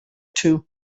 two